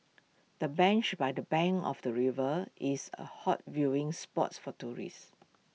the bench by the bank of the river is A hot viewing spot for tourists